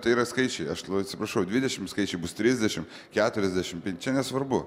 tai yra skaičiai aš atsiprašau dvidešimt skaičiai bus trisdešimt keturiasdešimt čia nesvarbu